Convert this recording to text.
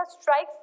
strikes